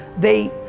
they,